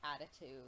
attitude